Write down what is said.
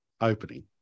opening